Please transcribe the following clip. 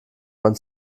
man